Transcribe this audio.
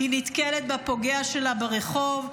היא נתקלת בפוגע שלה ברחוב,